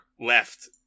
left